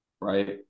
right